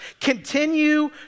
continue